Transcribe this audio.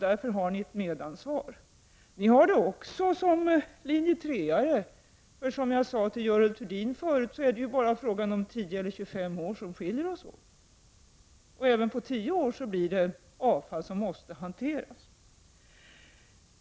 Därför har ni ett medansvar. Ni har det också som anhängare av linje 3. Som jag sade till Görel Thurdin förut är det bara skillnaden mellan tio och tjugofem år som skiljer oss åt, och även på tio år bildas avfall som måste hanteras.